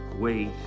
wait